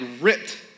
ripped